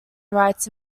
rights